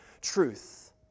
truth